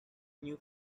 new